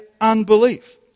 unbelief